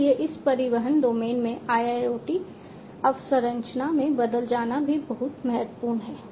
इसलिए इस परिवहन डोमेन में IIoT अवसंरचना में बदल जाना भी बहुत महत्वपूर्ण है